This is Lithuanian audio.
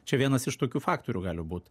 čia vienas iš tokių faktorių gali būt